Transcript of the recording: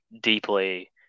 deeply